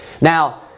now